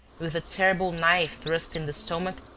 with a terrible knife thrust in the stomach,